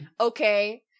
okay